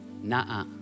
nah